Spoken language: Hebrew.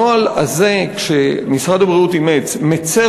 הנוהל הזה שמשרד הבריאות אימץ מצר